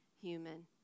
human